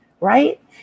right